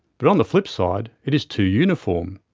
but on the flip-side it is too uniform.